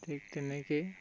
ঠিক তেনেকৈয়ে